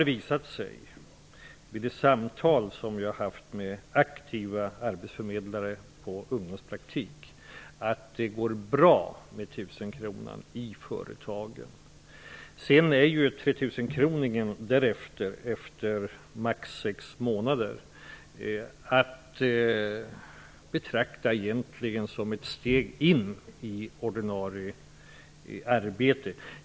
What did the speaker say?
Det har visat sig vid de samtal som jag har haft med aktiva arbetsförmedlare av ungdomspraktikplatser att systemet med 1 000 kronor går bra i företagen. Därefter är 3 000 kronor efter max sex månaders praktik att betrakta som ett steg in i ordinarie arbete.